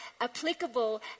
applicable